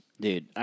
Dude